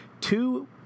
two